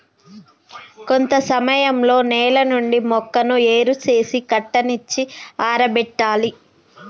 కొంత సమయంలో నేల నుండి మొక్కను ఏరు సేసి కట్టనిచ్చి ఆరబెట్టాలి